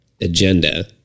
agenda